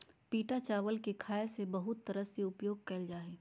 पिटा चावल के खाय ले बहुत तरह से उपयोग कइल जा हइ